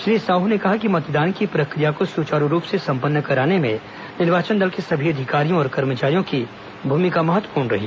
श्री साह ने कहा कि मतदान की प्रक्रिया को सुचारू रूप से संपन्न कराने में निर्वाचन दल के सभी अधिकारियों और कर्मचारियों की भूमिका महत्वपूर्ण रही